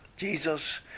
Jesus